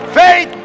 faith